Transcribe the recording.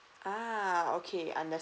uh okay understand